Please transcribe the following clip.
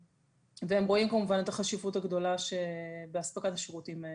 והם רואים כמובן את החשיבות הגדולה שבאספקת השירות האלו.